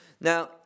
now